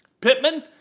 Pittman